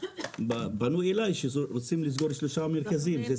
פנו אליי שרוצים לסגור שלושה מרכזים,